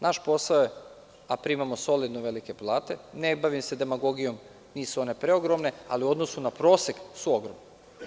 Naš posao je, a primamo solidno velike plate, ne bavim se demagogijom, nisu one preogromne, ali u odnosu na prosek su ogromne.